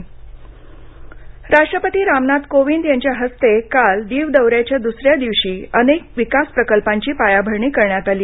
राष्ट्रपती राष्ट्रपती रामनाथ कोविन्द यांनी काल आपल्या दीव दौऱ्याच्या दुसऱ्या दिवशी अनेक विकास प्रकल्पांची पायाभरणी करण्यात आली